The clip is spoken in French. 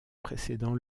précédant